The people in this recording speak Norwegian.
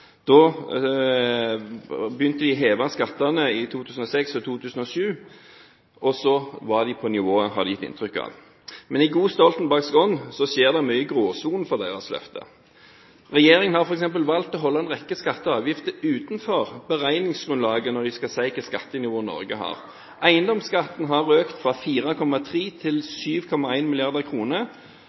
Da de i 2006 og 2007 begynte å heve skattene, ga de inntrykk av å være på det nivået. Men i god stoltenbergsk ånd skjer det mye i gråsonen for deres løfte. Regjeringen har f.eks. valgt å holde en rekke skatter og avgifter utenfor beregningsgrunnlaget når de skal si hva slags skattenivå Norge har. Eiendomsskatten har økt fra 4,3 mrd. kr til